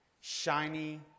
shiny